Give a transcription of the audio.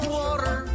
water